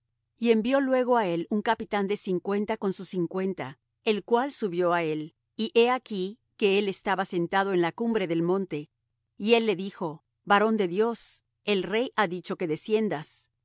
y envió luego á él un capitán de cincuenta con sus cincuenta el cual subió á él y he aquí que él estaba sentado en la cumbre del monte y él le dijo varón de dios el rey ha dicho que desciendas